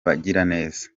bagiraneza